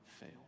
fail